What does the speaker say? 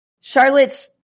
Charlotte's